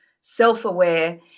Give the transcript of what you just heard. self-aware